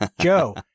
Joe